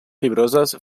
fibroses